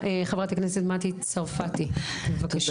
חברת הכנסת מטי צרפתי בבקשה.